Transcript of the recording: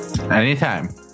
Anytime